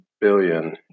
billion